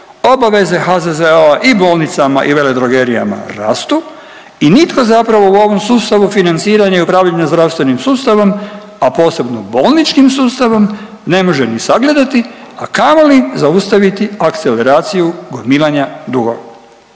obaveza HZZO-a i bolnicama i veledrogerijama rastu i nitko zapravo u ovom sustavu financiranja i upravljanja zdravstvenim sustavom, a posebno bolničkim sustavom ne može ni sagledati, a kamoli zaustaviti akceleraciju gomilanja dugova.